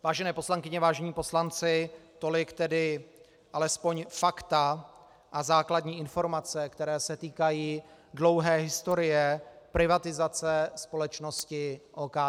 Vážené poslankyně, vážení poslanci, tolik tedy alespoň fakta a základní informace, které se týkají dlouhé historie privatizace společnosti OKD.